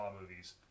movies